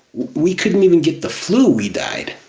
we couldn't even get the flu we died,